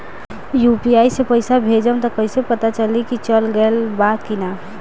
UPI से पइसा भेजम त कइसे पता चलि की चल गेल बा की न?